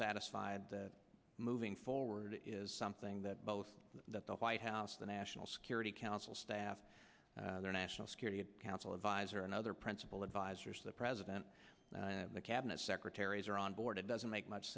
satisfied that moving forward is something that both the white house the national security council staff their national security council advisor and other principal advisers the president the cabinet secretaries are on board it doesn't make much